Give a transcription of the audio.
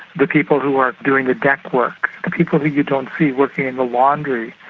the people who are doing the deck work, the people who you don't see, working in the laundry.